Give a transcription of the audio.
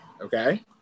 Okay